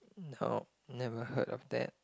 nope never heard of that